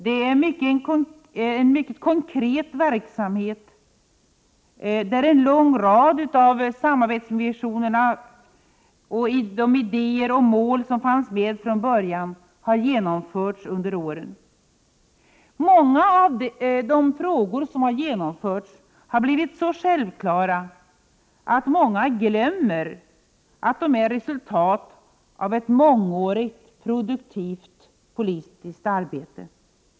Det är en mycket konkret verksamhet, där en lång rad av de samarbetsvisioner, idéer och mål som fanns med från början har genomförts under åren. De har blivit så självklara att många glömmer att de är resultatet av ett mångårigt produktivt politiskt samarbete.